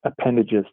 appendages